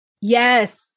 Yes